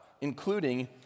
including